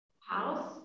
house